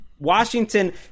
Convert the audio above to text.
Washington